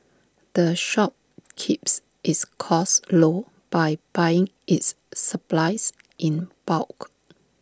the shop keeps its costs low by buying its supplies in bulk